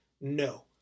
no